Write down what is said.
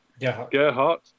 Gerhard